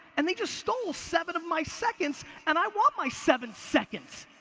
and they just stole seven of my seconds, and i want my seven seconds.